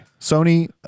Sony